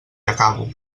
acabo